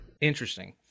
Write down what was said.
Interesting